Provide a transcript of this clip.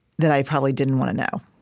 that i probably didn't want to know,